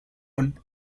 one